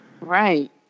right